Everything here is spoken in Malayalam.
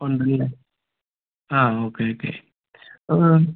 ഉണ്ടല്ലേ ആ ഓക്കെ ഓക്കെ അത്